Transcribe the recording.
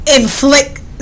Inflict